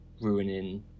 ruining